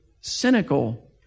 cynical